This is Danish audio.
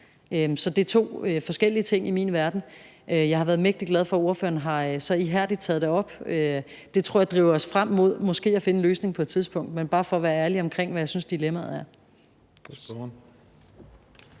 min verden to forskellige ting. Jeg har været mægtig glad for, at spørgeren så ihærdigt har taget det op. Det tror jeg driver os frem mod måske at finde en løsning på et tidspunkt. Det er bare for at være ærlig om, hvad jeg synes dilemmaet er.